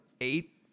eight